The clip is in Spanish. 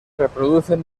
reproducen